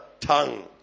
tongue